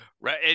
Right